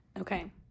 Okay